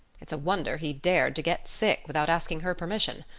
it's a wonder he dared to get sick without asking her permission.